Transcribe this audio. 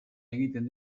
egiten